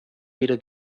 weder